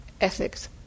Ethics